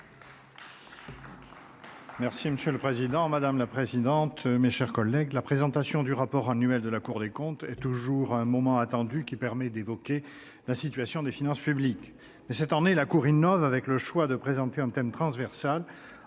Monsieur le président, madame la Première présidente, mes chers collègues, la présentation du rapport annuel de la Cour des comptes est toujours un moment attendu qui permet d'évoquer la situation des finances publiques. Cette année, la Cour innove avec le choix de présenter un thème transversal